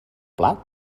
plat